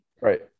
Right